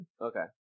Okay